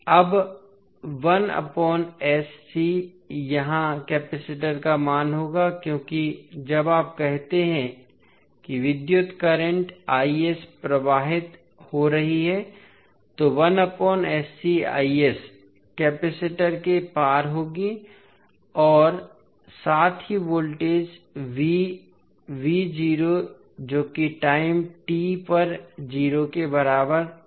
अब यहाँ कपैसिटर का मान होगा क्योंकि जब आप कहते हैं कि विद्युत करंट प्रवाहित हो रही है तो कपैसिटर के पार होगी और साथ ही वोल्टेज v0 जो कि टाइम t पर 0 के बराबर होगा